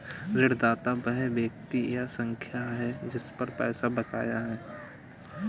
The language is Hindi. ऋणदाता वह व्यक्ति या संस्था है जिस पर पैसा बकाया है